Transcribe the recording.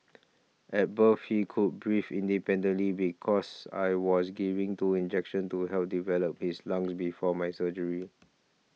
at birth he could breathe independently because I was given two injections to help develop his lungs before my surgery